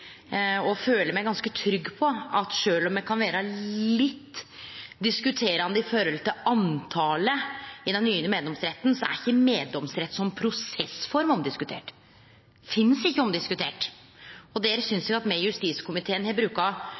føler meg ganske trygg på at sjølv om me kan diskutere litt når det gjeld talet i den nye meddomsretten, er ikkje meddomsrett som prosessform omdiskutert. Han finst ikkje omdiskutert. Og der synest eg at me i justiskomiteen eigentleg har bruka